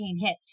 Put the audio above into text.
hit